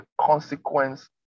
consequence